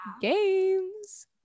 Games